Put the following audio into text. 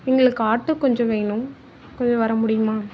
எங்களுக்கு ஆட்டோ கொஞ்சம் வேணும் கொஞ்சம் வரமுடியுமா